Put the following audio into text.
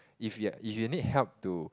if you're if you need help to